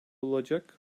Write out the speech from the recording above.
olacak